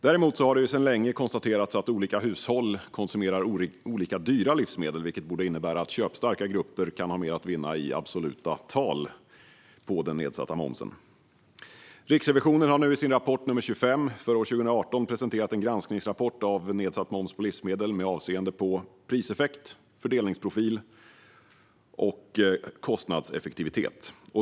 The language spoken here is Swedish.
Däremot har det sedan länge konstaterats att olika hushåll konsumerar olika dyra livsmedel, vilket borde innebära att köpstarka grupper kan ha mer att vinna i absoluta tal på den nedsatta momsen. Riksrevisionen har nu i sin rapport nr 25 för 2018 presenterat en granskningsrapport om nedsatt moms på livsmedel med avseende på priseffekt, fördelningsprofil och kostnadseffektivitet.